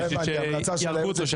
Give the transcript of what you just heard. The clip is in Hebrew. בשביל שיהרגו אותו שם.